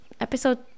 episode